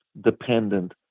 dependent